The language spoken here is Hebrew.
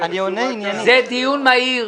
זה דיון מהיר.